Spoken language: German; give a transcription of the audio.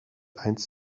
eins